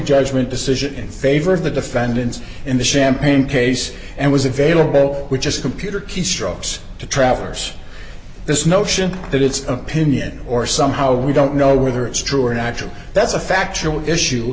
judgment decision in favor of the defendants in the champagne case and was available which is computer keystrokes to traverse this notion that it's opinion or somehow we don't know whether it's true or natural that's a factual issue